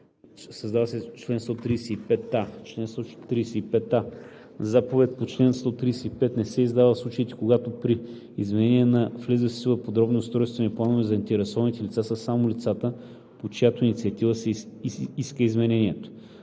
Създава се чл. 135а: „Чл. 135а. (1) Заповед по чл. 135 не се издава в случаите, когато при изменение на влезли в сила подробни устройствени планове заинтересовани лица са само лицата, по чиято инициатива се иска изменението.